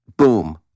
Boom